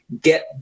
get